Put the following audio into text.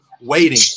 waiting